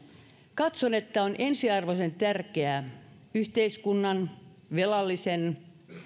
katson että on ensiarvoisen tärkeää yhteiskunnan velallisen